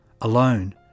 alone